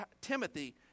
Timothy